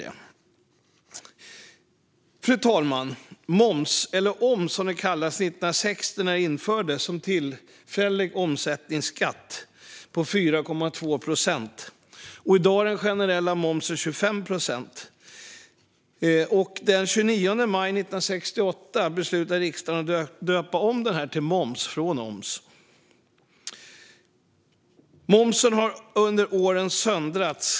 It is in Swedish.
Fru talman! Moms, eller oms som den tidigare kallades, infördes 1960 som en tillfällig omsättningsskatt på 4,2 procent. I dag är den generella momsen 25 procent. Den 29 maj 1968 beslutade riksdagen att döpa om skatten från oms till moms. Momsen har under åren söndrats.